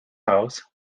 house